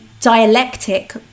dialectic